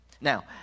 Now